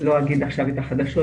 לא אגיד עכשיו את החדשות,